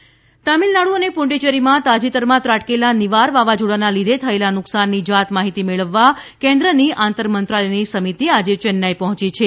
કેન્દ્રિય સમિતિ તમિલનાડું અને પુડુચેરીમાં તાજેતરમાં ત્રાટકેલા નિવાર વાવાઝોડાના લીધે થયેલા નુકસાનની જાતમાહિતી મેળવવા કેન્દ્રની આંતર મંત્રાલયની સમિતિ આજે ચેન્નાઇ પહોંચી છે